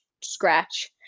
scratch